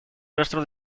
rastro